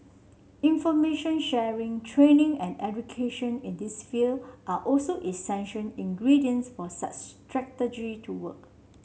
information sharing training and education in this field are also essential ingredients for such strategy to work